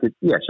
yes